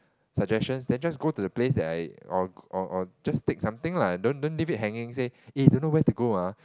suggestion then just go to the place that I or or or just take something lah don't leave it hanging say eh don't know where to go ah